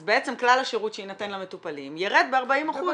אז בעצם כלל השירות שיינתן למטופלים ירד ב-40%.